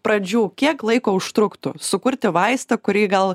pradžių kiek laiko užtruktų sukurti vaistą kurį gal